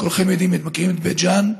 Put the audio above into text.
כולכם מכירים את בית ג'ן.